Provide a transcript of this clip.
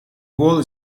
world